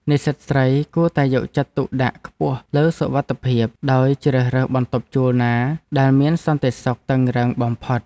និស្សិតស្រីគួរតែយកចិត្តទុកដាក់ខ្ពស់លើសុវត្ថិភាព ដោយជ្រើសរើសបន្ទប់ជួលណាដែលមានសន្តិសុខតឹងរ៉ឹងបំផុត។